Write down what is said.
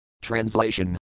Translation